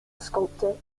sculptor